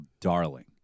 darling